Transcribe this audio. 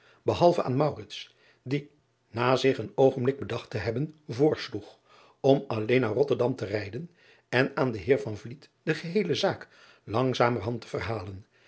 behalve aan die na zich een oogenblik bedacht te hebben voorsloeg om alleen naar otterdam te rijden en aan den eer de geheele zaak langzamerhand te verhalen